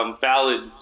valid